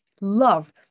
love